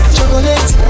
Chocolate